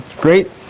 great